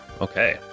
okay